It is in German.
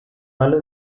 alle